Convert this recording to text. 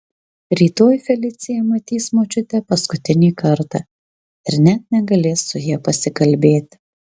rytoj felicija matys močiutę paskutinį kartą ir net negalės su ja pasikalbėti